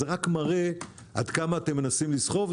זה רק מראה עד כמה אתם מנסים לסחוב.